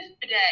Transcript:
today